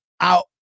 out